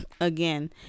again